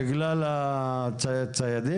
בגלל הדייגים?